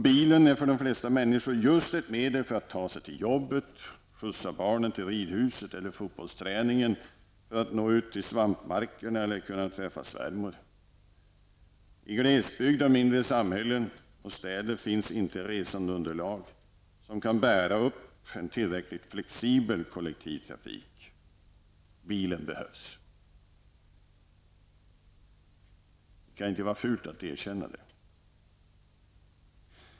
Bilen är för de flesta människor just ett medel för att ta sig till jobbet, skjutsa barnen till ridhuset eller fotbollsträningen, nå ut till svampmarkerna eller kunna träffa svärmor. I glesbygd och mindre samhällen och städer finns inte resandeunderlag som kan bära upp en tillräckligt flexibel kollektivtrafik. Bilen behövs -- det kan inte vara fult att erkänna det.